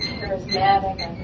charismatic